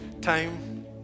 time